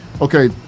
Okay